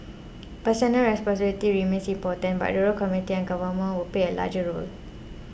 personal responsibility remains important but the community and government will play a larger role